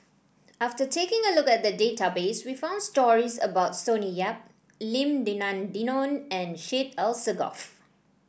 after taking a look at the database we found stories about Sonny Yap Lim Denan Denon and Syed Alsagoff